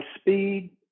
speed